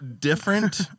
different